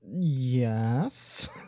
Yes